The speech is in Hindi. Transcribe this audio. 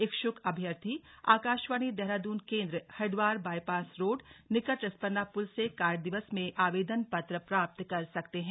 इच्छुक अभ्यर्थी आकाशवाणी देहरादून केंद्र हरिद्वार बाइपास रोड निकट रिस्पना पुल से कार्य दिवस में आवेदन पत्र प्राप्त कर सकते हैं